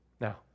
Now